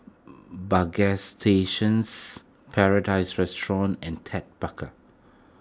Bagstationz Paradise Restaurant and Ted Baker